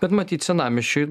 bet matyt senamiesčiui